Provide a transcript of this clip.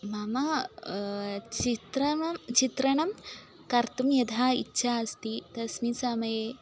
मम चित्रं चित्रं कर्तुं यदा इच्छा अस्ति तस्मिन् समये